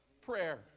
prayer